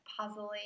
puzzling